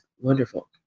wonderful